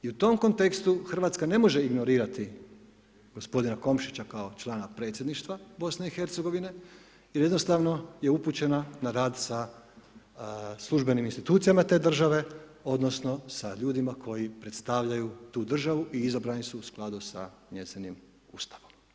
I u tom kontekstu RH ne može ignorirati gospodina Komšića kao člana predsjedništva BiH jer jednostavno je upućena na rad sa službenim institucijama te države odnosno sa ljudima koji predstavljaju tu državu i izabrani su u skladu sa njezinim Ustavom.